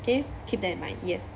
okay keep that in mind yes